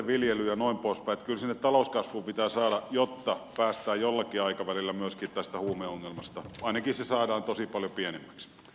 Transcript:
että kyllä sinne talouskasvua pitää saada jotta päästään jollakin aikavälillä myöskin tästä huumeongelmasta ainakin se saadaan tosi paljon pienemmäksi